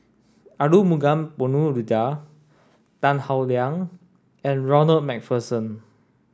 Arumugam Ponnu Rajah Tan Howe Liang and Ronald MacPherson